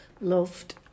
loved